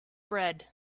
bread